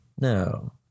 No